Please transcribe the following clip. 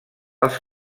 els